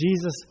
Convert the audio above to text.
Jesus